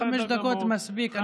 חמש דקות מספיק.